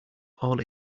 all